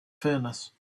furnace